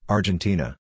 Argentina